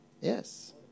Yes